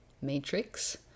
matrix